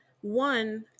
one